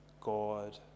God